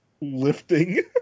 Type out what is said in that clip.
Lifting